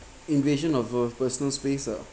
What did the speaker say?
invasion of a personal space uh